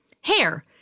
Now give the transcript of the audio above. hair